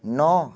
नौ